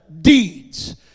deeds